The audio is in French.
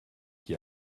qui